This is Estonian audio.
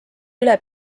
üle